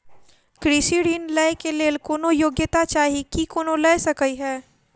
कृषि ऋण लय केँ लेल कोनों योग्यता चाहि की कोनो लय सकै है?